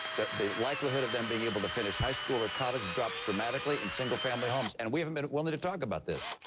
the the likelihood of them being able to finish high school or college drops dramatically in single-family homes. and we haven't been willing to talk about this.